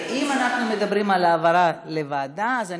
אתה מדבר על העברה לוועדת החינוך?